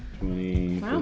Twenty